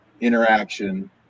interaction